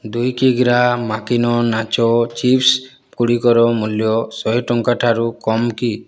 ଦୁଇ କିଗ୍ରା ମାକିନୋ ନାଚୋ ଚିପ୍ସ୍ ଗୁଡ଼ିକର ମୂଲ୍ୟ ଶହେ ଟଙ୍କା ଠାରୁ କମ୍ କି